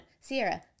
Sierra